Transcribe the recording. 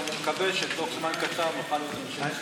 ואני מקווה שתוך זמן קצר נוכל להיות אנשי בשורות.